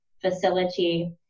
facility